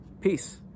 peace